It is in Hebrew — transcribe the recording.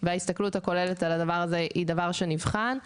וההסתכלות הכוללת על זה היא דבר שנבחן,